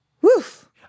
woof